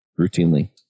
routinely